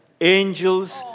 angels